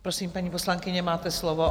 Prosím, paní poslankyně, máte slovo.